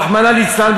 רחמנא ליצלן,